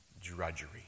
drudgery